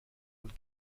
und